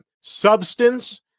substance